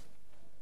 העבודה